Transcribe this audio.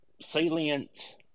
salient